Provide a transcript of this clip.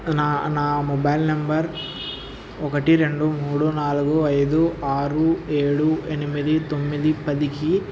నా నా mobile number ఒకటి రెండు మూడు నాలుగు ఐదు ఆరు ఏడు ఎనిమిది తొమ్మిది పదికి